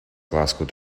glasgow